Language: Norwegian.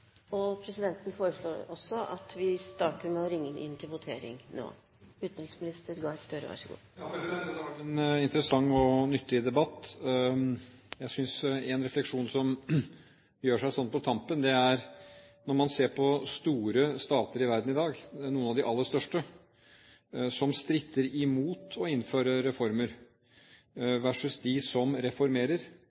og nyttig debatt. En refleksjon som gjør seg sånn på tampen, er at når man ser på store stater i verden i dag, noen av de aller største, som stritter imot å innføre reformer, versus de som reformerer,